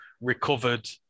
recovered